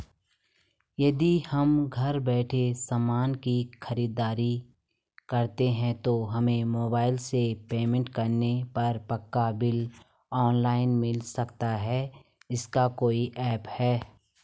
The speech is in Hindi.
यदि हम घर बैठे सामान की खरीद करते हैं तो हमें मोबाइल से पेमेंट करने पर पक्का बिल ऑनलाइन मिल सकता है इसका कोई ऐप है